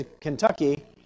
Kentucky